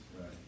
right